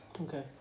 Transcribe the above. Okay